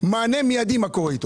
מענה מיידי מה קורה איתו.